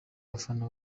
bafana